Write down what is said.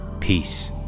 Peace